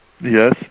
Yes